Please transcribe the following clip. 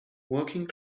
working